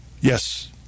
Yes